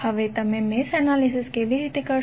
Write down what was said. હવે તમે mesh analysis કેવી રીતે કરશો